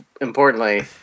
importantly